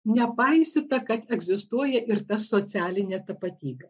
nepaisyta kad egzistuoja ir ta socialinė tapatybė